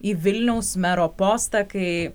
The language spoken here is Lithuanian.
į vilniaus mero postą kai